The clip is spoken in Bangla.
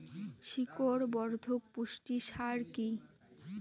শিকড় বর্ধক পুষ্টি সার কি?